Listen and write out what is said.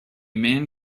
man